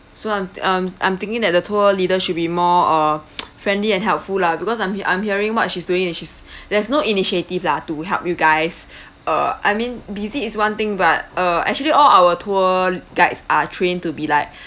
so I'm I'm I'm thinking that the tour leader should be more uh friendly and helpful lah because I'm hear~ I'm hearing what she's doing and she's there's no initiative lah to help you guys uh I mean busy is one thing but uh actually all our tour guides are trained to be like